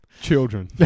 Children